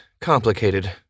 complicated